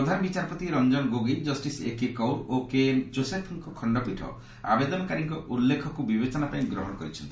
ପ୍ରଧାନ ବିଚାରପତି Ranjan Gogoi justice A K Kaur ଓ K N ଜୋଶେଫଙ୍କ ଖଣ୍ଡପୀଠ ଆବେଦନକାରୀଙ୍କ ଉଲ୍ଲେଖକୁ ବିବେଚନା ପାଇଁ ଗ୍ରହଣ କରିଛନ୍ତି